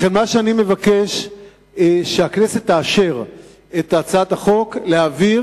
לכן מה שאני מבקש הוא שהכנסת תאשר את הצעת החוק ותעביר